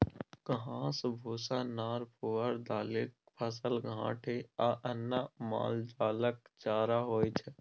घास, भुस्सा, नार पुआर, दालिक फसल, घाठि आ अन्न मालजालक चारा होइ छै